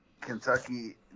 Kentucky